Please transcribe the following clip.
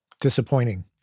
Disappointing